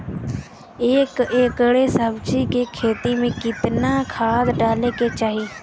एक एकड़ सब्जी के खेती में कितना खाद डाले के चाही?